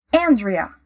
Andrea